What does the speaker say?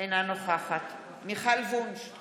אינה נוכחת מיכל וונש, נגד